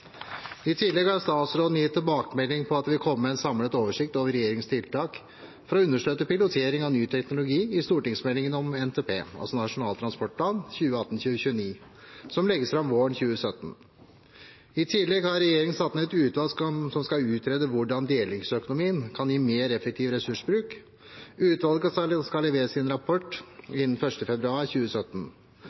I tillegg har statsråden gitt tilbakemelding om at det vil komme en samlet oversikt over regjeringens tiltak for å understøtte pilotering av ny teknologi i Nasjonal transportplan 2018–2029, som legges fram våren 2017. I tillegg har regjeringen satt ned et utvalg som skal utrede hvordan delingsøkonomien kan gi mer effektiv ressursbruk. Utvalget skal levere sin rapport innen 1. februar 2017.